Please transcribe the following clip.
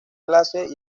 clases